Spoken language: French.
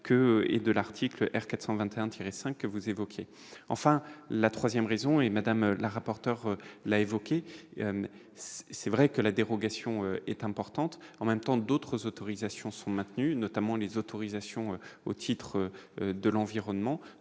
que et de l'article R 421 tiré 5 que vous évoquiez, enfin la 3ème raison et madame la rapporteure l'a évoqué, c'est vrai que la dérogation est importante en même temps d'autres autorisations sont maintenus, notamment les autorisations au titre de l'environnement